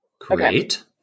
Great